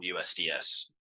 USDS